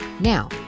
Now